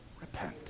Repent